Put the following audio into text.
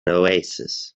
oasis